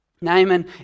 Naaman